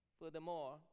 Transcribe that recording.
Furthermore